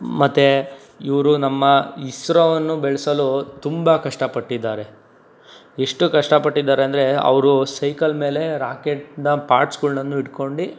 ಮತ್ತು ಇವರು ನಮ್ಮ ಇಸ್ರೋವನ್ನು ಬೆಳೆಸಲು ತುಂಬ ಕಷ್ಟಪಟ್ಟಿದ್ದಾರೆ ಎಷ್ಟು ಕಷ್ಟಪಟ್ಟಿದ್ದಾರೆ ಅಂದರೆ ಅವರು ಸೈಕಲ್ ಮೇಲೆ ರಾಕೆಟ್ಟನ್ನ ಪಾರ್ಟ್ಸ್ಗಳನ್ನು ಇಟ್ಕೊಂಟು